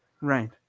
Right